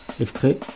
extrait